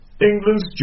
England's